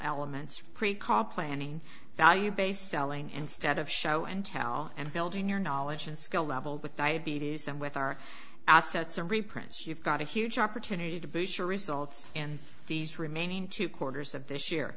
elements planning value based selling instead of show and tell and build in your knowledge and skill level with diabetes and with our assets and reprints you've got a huge opportunity to boost your results in these remaining two quarters of this year